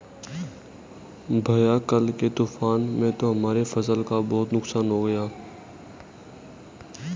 भैया कल के तूफान में तो हमारा फसल का बहुत नुकसान हो गया